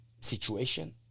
situation